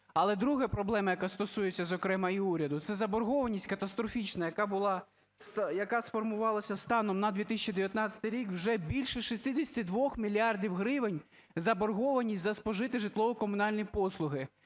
Але друга проблема, яка стосується, зокрема, і уряду, - це заборгованість катастрофічна, яка була, яка сформувалася станом на 2019 рік, вже більше 62 мільярдів гривень, заборгованість за спожиті житлово-комунальні послуги.